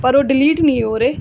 ਪਰ ਉਹ ਡਿਲੀਟ ਨਹੀਂ ਹੋ ਰਹੇ